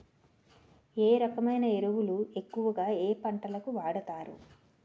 ఏ రకమైన ఎరువులు ఎక్కువుగా ఏ పంటలకు వాడతారు?